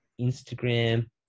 Instagram